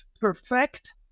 perfect